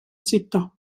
città